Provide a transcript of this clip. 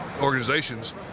organizations